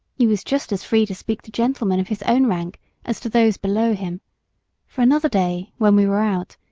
he was just as free to speak to gentlemen of his own rank as to those below him for another day, when we were out,